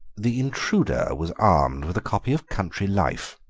the intruder was armed with a copy of country life,